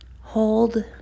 Hold